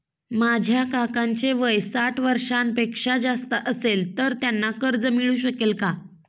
माझ्या काकांचे वय साठ वर्षांपेक्षा जास्त असेल तर त्यांना कर्ज मिळू शकेल का?